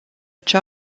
cea